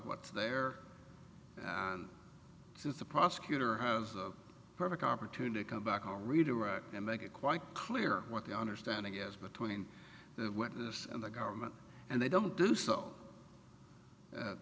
what's there to the prosecutor have a perfect opportunity come back on redirect and make it quite clear what the understanding is between the witness and the government and they don't do so